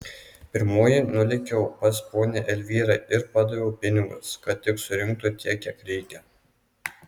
pirmoji nulėkiau pas ponią elvyrą ir padaviau pinigus kad tik surinktų tiek kiek reikia